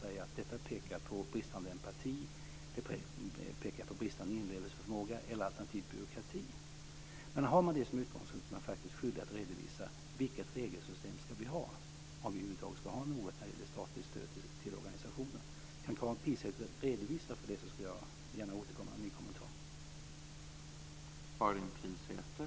Har man som utgångspunkt att det visas bristande empati och inlevelseförmåga eller alternativt att det är en fråga om byråkrati, är man faktiskt skyldig att redovisa vilket regelsystem som vi ska ha, om vi över huvud taget ska ha ett statligt stöd till organisationerna. Kan Karin Pilsäter redovisa det ska jag gärna återkomma med en ny kommentar.